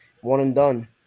one-and-done